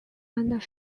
and